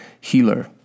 healer